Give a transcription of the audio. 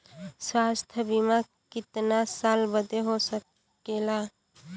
स्वास्थ्य बीमा कितना साल बदे हो सकेला?